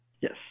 yes